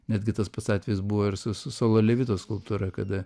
netgi tas pats atvejis buvo ir su su sole vitos skulptūra kada